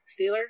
Steeler